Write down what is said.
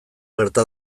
gerta